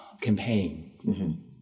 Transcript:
campaign